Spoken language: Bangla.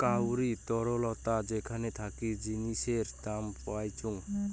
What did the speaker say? কাউরি তরলতা যেখান থাকি জিনিসের দাম পাইচুঙ